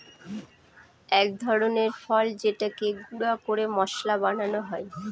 এক ধরনের ফল যেটাকে গুঁড়া করে মশলা বানানো হয়